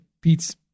pizza